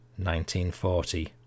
1940